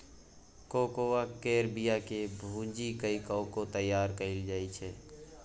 cocoa केर बिया केँ भूजि कय कोको तैयार कएल जाइ छै